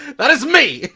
that is me!